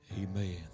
Amen